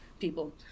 people